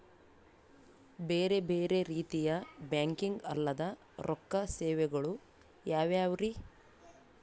ಬೇರೆ ಬೇರೆ ರೀತಿಯ ಬ್ಯಾಂಕಿಂಗ್ ಅಲ್ಲದ ರೊಕ್ಕ ಸೇವೆಗಳು ಯಾವ್ಯಾವ್ರಿ?